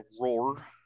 roar